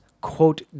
quote